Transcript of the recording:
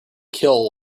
kill